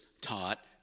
taught